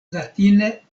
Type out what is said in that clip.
latine